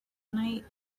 night